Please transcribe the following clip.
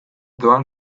doan